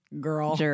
girl